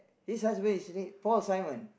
his husband is red Paul-Simon